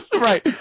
Right